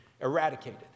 eradicated